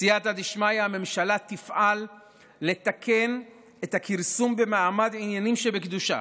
בסייעתא דשמיא הממשלה תפעל לתקן את הכרסום במעמד עניינים שבקדושה,